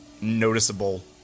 noticeable